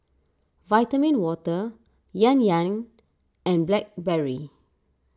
Vitamin Water Yan Yan and Blackberry